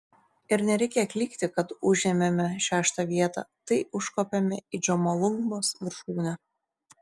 ir nereikia klykti kad užėmėme šeštą vietą tai užkopėme į džomolungmos viršūnę